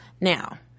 Now